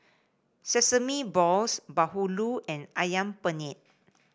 Sesame Balls bahulu and ayam penyet